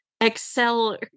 excel